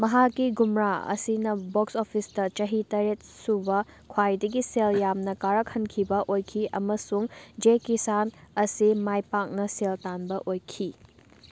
ꯃꯍꯥꯛꯀꯤ ꯒꯨꯝꯔꯥ ꯑꯁꯤꯅ ꯕꯣꯛꯁ ꯑꯣꯐꯤꯁꯇ ꯆꯍꯤ ꯇꯔꯦꯠ ꯁꯨꯕ ꯈ꯭ꯋꯥꯏꯗꯒꯤ ꯁꯦꯜ ꯌꯥꯝꯅ ꯀꯥꯔꯛꯍꯟꯈꯤꯕ ꯑꯣꯏꯈꯤ ꯑꯃꯁꯨꯡ ꯖꯥꯏ ꯀꯤꯁꯟ ꯑꯁꯤ ꯃꯥꯏ ꯄꯥꯛꯅ ꯁꯦꯜ ꯇꯥꯟꯕ ꯑꯣꯏꯈꯤ